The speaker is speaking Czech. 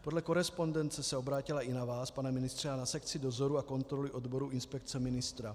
Podle korespondence se obrátila i na vás, pane ministře, a na sekci dozoru a kontroly odboru inspekce ministra.